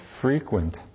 frequent